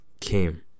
came